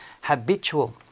habitual